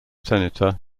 senator